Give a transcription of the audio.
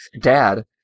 dad